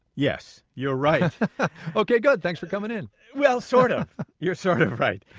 yes, you're right ok good. thanks for coming in well, sort of. you're sort of right.